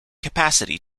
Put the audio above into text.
capacity